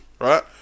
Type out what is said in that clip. right